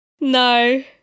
No